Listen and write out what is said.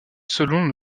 selon